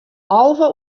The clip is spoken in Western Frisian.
alve